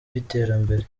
by’iterambere